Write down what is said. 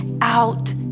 out